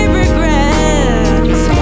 regrets